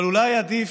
אבל אולי עדיף,